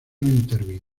intervino